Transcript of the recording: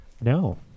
no